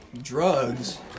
Drugs